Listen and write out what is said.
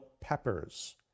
Peppers